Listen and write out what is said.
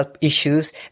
issues